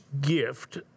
gift